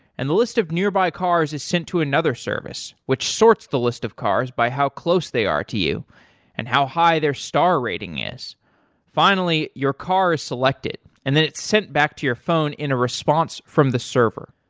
and the list of nearby cars is sent to another service, which sorts the list of cars by how close they are to you and how high their star rating is finally, your car is selected and then it's sent back to your phone in a response from the server.